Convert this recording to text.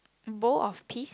bowl of peas